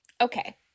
Okay